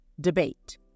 debate